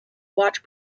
watch